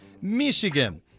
Michigan